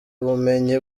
bumenyi